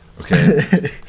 Okay